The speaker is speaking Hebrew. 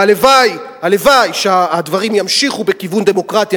הלוואי, הלוואי, שהדברים ימשיכו בכיוון דמוקרטי.